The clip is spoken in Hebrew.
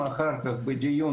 יש דברים שאחר כך פנסיוניים,